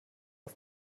auf